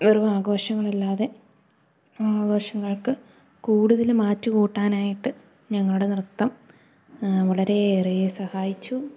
വെറും ആഘോഷങ്ങളല്ലാതെ ആഘോഷങ്ങൾക്കു കൂടുതല് മാറ്റുകൂട്ടാനായിട്ട് ഞങ്ങളുടെ നൃത്തം വളരെയേറെ സഹായിച്ചു